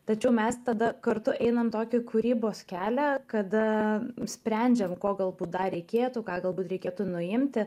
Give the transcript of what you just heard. tačiau mes tada kartu einam tokį kūrybos kelią kada nusprendžiam ko galbūt dar reikėtų ką galbūt reikėtų nuimti